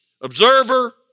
observer